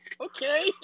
Okay